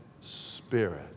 spirit